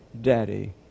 daddy